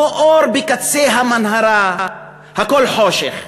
לא אור בקצה המנהרה, הכול חושך,